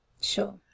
Sure